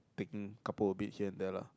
taking couple of it here and there lah